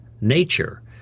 nature